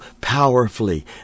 powerfully